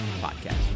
Podcast